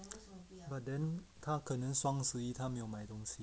他可能双十一他没有买东西